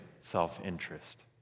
self-interest